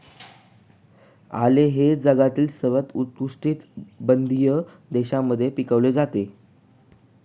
आले हे जगातील सर्व उष्णकटिबंधीय देशांमध्ये पिकवले जाते